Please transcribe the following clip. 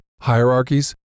hierarchies